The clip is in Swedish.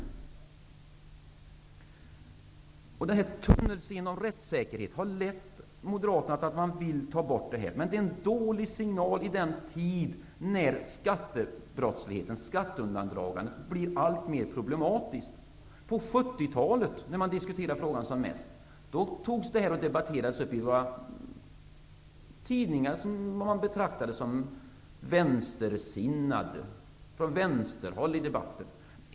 Tunnelseendet i fråga om rättssäkerhet har lett till att Moderaterna vill ta bort det här. Men det är en dålig signal i en tid när skattebrottsligheten och skatteundandragandet blir allt mer problematiskt. När man diskuterade frågan som mest på 1970 talet, då skedde debatten i tidningar som man betraktade som vänstersinnade.